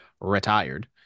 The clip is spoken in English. retired